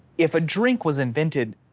if a drink was invented,